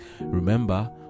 remember